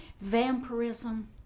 vampirism